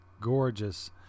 gorgeous